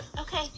Okay